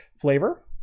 flavor